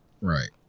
right